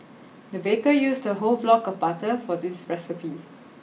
the baker used a whole block of butter for this recipe